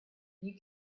you